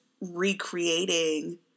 recreating